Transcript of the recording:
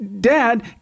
Dad